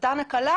נתן הקלה,